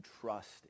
trust